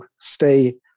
stay